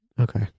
Okay